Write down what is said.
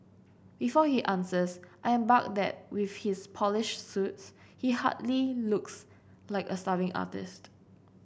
before he answers I remark that with his polished suits he hardly looks like a starving artist